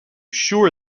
sure